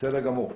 בסדר גמור.